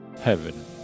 heaven